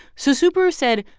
so subaru said,